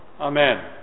Amen